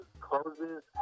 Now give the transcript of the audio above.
closes